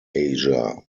asia